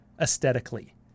aesthetically